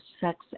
sex